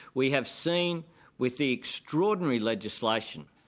we have seen with the extraordinary legislation,